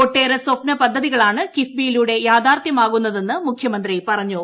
ഒട്ടേറെ സപ്നു പ്രദ്ധതികളാണ് കിഫ്ബിയിലൂടെ യാഥാർത്ഥ്യമാകുന്നതെന്ന് മുഖ്യമ്ന്ത്രീ പറഞ്ഞു